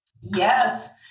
Yes